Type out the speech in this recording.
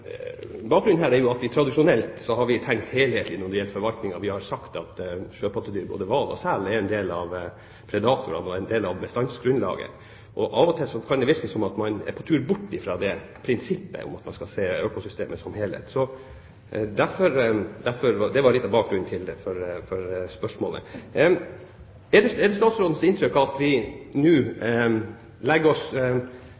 sjøpattedyr, både hval og sel, er en del av predatorene og en del av bestandsgrunnlaget. Av og til kan det virke som om man er på tur bort fra prinsippet om at man skal se økosystemet som helhet. Det var litt av bakgrunnen for spørsmålet. Er det statsrådens inntrykk at vi nå